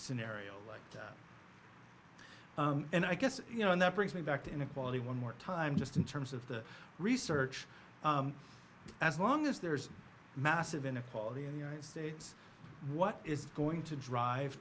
scenario like that and i guess you know and that brings me back to inequality one more time just in terms of the research as long as there's massive inequality in the united states what is going to drive